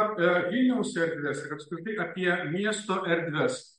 apie vilniaus erdves ir apskritai apie miesto erdves